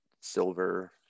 silver